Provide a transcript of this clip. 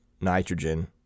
nitrogen